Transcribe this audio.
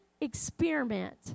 experiment